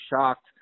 shocked